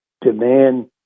Demand